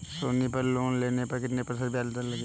सोनी पर लोन लेने पर कितने प्रतिशत ब्याज दर लगेगी?